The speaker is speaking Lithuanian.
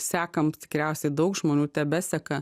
sekam tikriausiai daug žmonių tebeseka